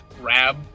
grab